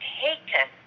taken